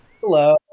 Hello